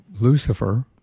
Lucifer